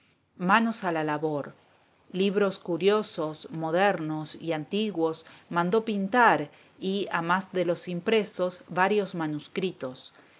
manos a la labor libros curiosos modernos y antiguos mandó pintar y a más de los impresos varios manuscritos